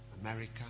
america